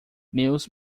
meus